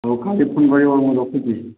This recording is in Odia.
ହଉ କାଲି ଫୋନ କରିବ ମୁଁ ରଖୁଛି